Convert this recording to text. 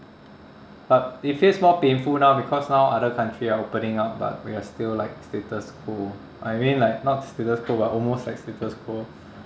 but it feels more painful now because now other country are opening up but we are still like status quo I mean like not status quo but almost like status quo